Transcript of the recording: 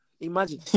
imagine